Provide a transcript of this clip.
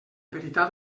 veritat